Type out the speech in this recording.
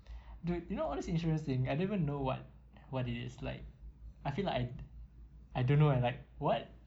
do do you know all this insurance thing I don't even know what what it is like I feel like I I don't know I like what